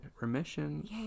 remission